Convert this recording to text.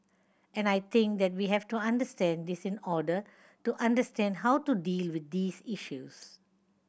and I think that we have to understand this in order to understand how to deal with these issues